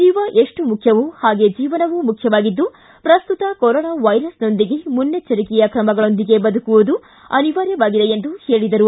ಜೀವ ಎಷ್ಟು ಮುಖ್ಯವೋ ಹಾಗೇ ಜೀವನವೂ ಮುಖ್ಯವಾಗಿದ್ದು ಪ್ರಸ್ತುತ ಕೊರೊನಾ ವೈರಸ್ನೊಂದಿಗೆ ಮುನ್ನೆಚ್ವರಿಕೆಯ ಕ್ರಮಗಳೊಂದಿಗೆ ಬದುಕುವುದು ಅನಿವಾರ್ಯವಾಗಿದೆ ಎಂದು ಹೇಳಿದರು